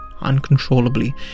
uncontrollably